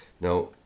Now